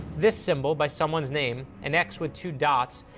this symbol by someone's name, an x with two dots,